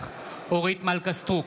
אורית מלכה סטרוק,